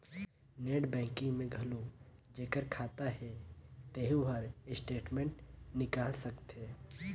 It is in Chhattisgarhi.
नेट बैंकिग में घलो जेखर खाता हे तेहू हर स्टेटमेंट निकाल सकथे